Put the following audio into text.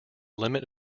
limit